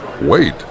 Wait